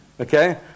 Okay